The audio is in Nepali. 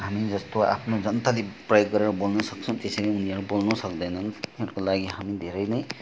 हामी जस्तो आफ्नो जनताले प्रयोग गरेर बोल्न सक्छ त्यसरी नै उनीहरू बोल्नु सक्दैन उनीहरूको लागि हामी धेरै नै